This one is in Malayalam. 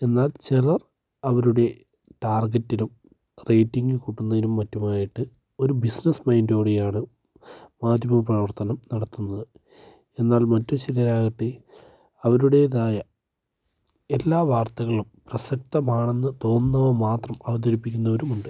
എന്നാൽ ചിലർ അവരുടെ ടാർഗറ്റിനും റേറ്റിംഗ് കൂട്ടുന്നതിനും മറ്റുമായിട്ട് ഒരു ബിസിനസ്സ് മൈൻ്റോടെയാണ് മാധ്യമ പ്രവർത്തനം നടത്തുന്നത് എന്നാൽ മറ്റു ചിലരാകട്ടെ അവരുടേതായ എല്ലാ വാർത്തകളും പ്രസക്തമാണെന്ന് തോന്നുന്നത് മാത്രം അവതരിപ്പിക്കുന്നവരും ഉണ്ട്